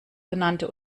genannte